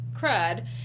crud